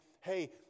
hey